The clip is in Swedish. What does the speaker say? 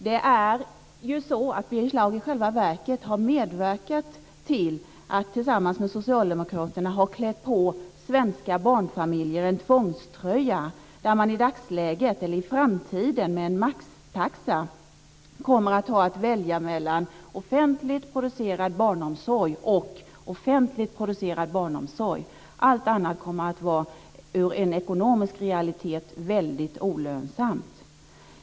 I själva verket har Birger Schlaug medverkat till att tillsammans med socialdemokraterna ha klätt på svenska barnfamiljer en tvångströja, där man i framtiden med en maxtaxa kommer att ha att välja mellan offentligt producerad barnomsorg och offentligt producerad barnomsorg. Allt annat kommer att vara ur en ekonomisk realitet väldigt olönsamt.